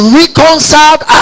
reconciled